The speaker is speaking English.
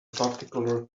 particular